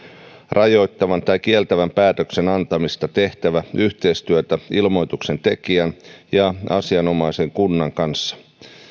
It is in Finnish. rajoittavan tai kieltävän päätöksen antamista tehtävä yhteistyötä ilmoituksen tekijän ja asianomaisen kunnan kanssa